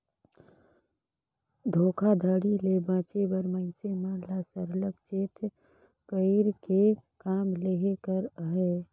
धोखाघड़ी ले बाचे बर मइनसे मन ल सरलग चेत कइर के काम लेहे कर अहे